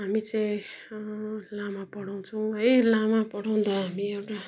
हामी चाहिँ लामा पढाउँछौँ है लामा पढाउँदा हामी एउटा